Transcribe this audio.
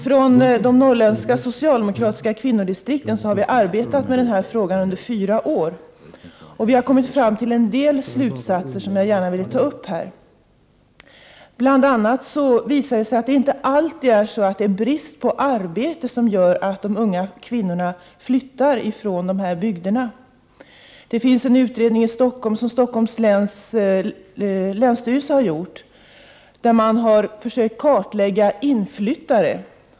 Från de norrländska socialdemokratiska kvinnodistriktens sida har vi arbetat med denna fråga under fyra år. Vi har kommit fram till en del slutsatser som jag gärna vill ta upp. Bl.a. visar det sig att det inte alltid är bristen på arbete som gör att de unga kvinnorna flyttar från dessa bygder. Stockholms läns länsstyrelse har gjort en utredning i vilken man har försökt kartlägga inflyttare.